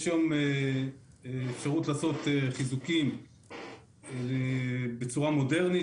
יש היום אפשרות לעשות חיזוקים בצורה מודרנית,